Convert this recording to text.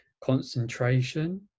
concentration